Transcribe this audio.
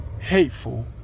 hateful